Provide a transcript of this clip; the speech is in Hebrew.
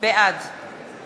בעד